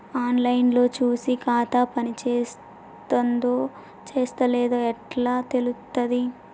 On line లో చూసి ఖాతా పనిచేత్తందో చేత్తలేదో ఎట్లా తెలుత్తది?